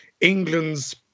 England's